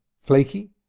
flaky